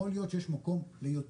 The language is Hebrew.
יכול להיות שיש מקום ליותר,